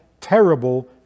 terrible